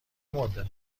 مدت